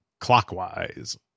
Clockwise